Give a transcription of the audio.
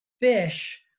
fish